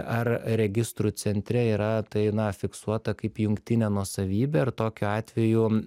ar registrų centre yra tai na fiksuota kaip jungtinė nuosavybė ir tokiu atveju